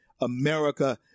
America